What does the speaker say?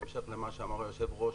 בהמשך למה שאמר היושב ראש,